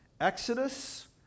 Exodus